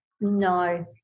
No